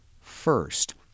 first